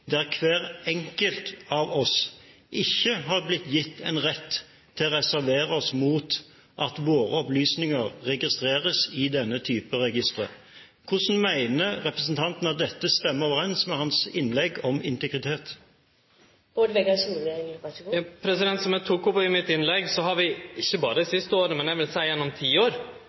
der hver enkelt av oss ikke har blitt gitt en rett til å reservere oss mot at våre opplysninger registreres i denne type registre. Hvordan mener representanten at dette stemmer overens med hans innlegg om integritet? Som eg tok opp i mitt innlegg, har vi ikkje berre det siste året, men eg vil seie gjennom tiår